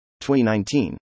2019